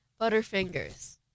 Butterfingers